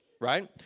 right